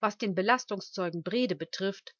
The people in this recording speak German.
was den belastungszeugen brede betrifft